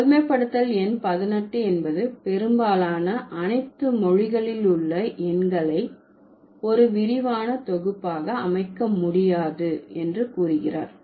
பொதுமைப்படுத்தல் எண் 18 என்பது பெரும்பாலான அனைத்து மொழிகளிலுள்ள எண்களை ஒரு விரிவான தொகுப்பாக அமைக்க முடியாது என்று கூறுகிறார்